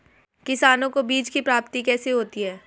किसानों को बीज की प्राप्ति कैसे होती है?